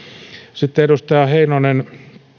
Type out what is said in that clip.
sitten edustaja heinonen